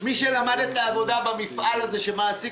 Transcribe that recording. מי שלמד את העבודה במפעל הזה שמעסיק